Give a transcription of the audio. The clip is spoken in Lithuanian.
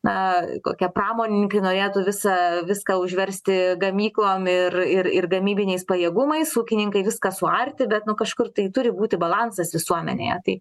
na kokie pramonininkai norėtų visa viską užversti gamyklom ir ir ir gamybiniais pajėgumais ūkininkai viską suarti bet nu kažkur tai turi būti balansas visuomenėje tai